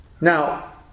now